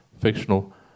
fictional